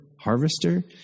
Harvester